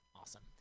Awesome